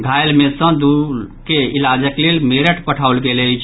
घायल मे सँ दू के इलाजक लेल मेरठ पठाओल गेल अछि